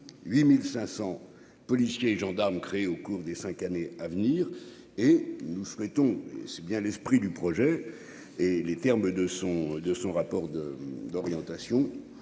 8500 policiers et gendarmes créés au cours des 5 années à venir et nous souhaitons, c'est bien l'esprit du projet et les termes de son de son rapport d'orientation,